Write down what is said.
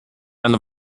eine